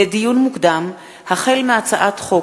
לדיון מוקדם: החל בהצעת חוק